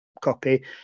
copy